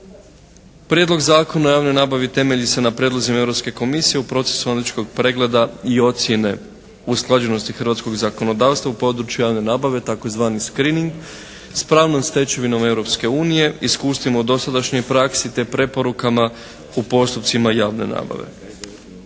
Prijedlog zakona o javnoj nabavi temelji se na prijedlozima Europske komisije u procesu analitičkog pregleda i ocjene usklađenosti hrvatskog zakonodavstva u području javne nabave tzv. screening s pravnom stečevinom Europske unije, iskustvima u dosadašnjoj praksi te preporukama u postupcima javne nabave.